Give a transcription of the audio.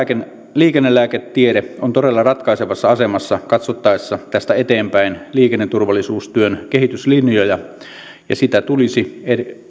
liikennelääketiede on todella ratkaisevassa asemassa katsottaessa tästä eteenpäin liikenneturvallisuustyön kehityslinjoja ja sitä tulisi